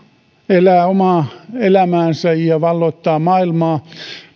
elää omaa elämäänsä ja valloittaa maailmaa sitä